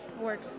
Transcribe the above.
work